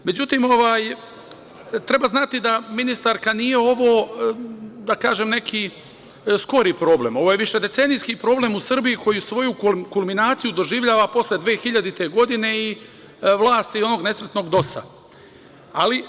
Međutim, treba znati da ovo nije neki skori problem, ovo je višedecenijski problem u Srbiji koji svoju kulminaciju doživljava posle 2000. godine i vlasti onog nesretnog DOS-a.